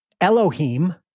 Elohim